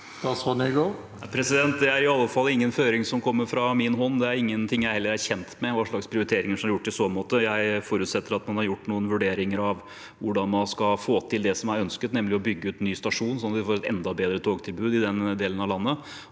Det er iallfall ingen føring som kommer fra min hånd. Det er ingenting jeg heller er kjent med, hva slags prioriteringer som er gjort i så måte. Jeg forutsetter at man har gjort noen vurderinger av hvordan man skal få til det som er ønsket, nemlig å bygge ut ny stasjon, sånn at vi får et enda bedre togtilbud i denne delen av landet.